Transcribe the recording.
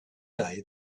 day